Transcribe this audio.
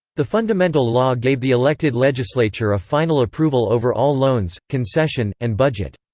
the fundamental law gave the elected legislature a final approval over all loans, concession, and budget.